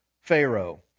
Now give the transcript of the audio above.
pharaoh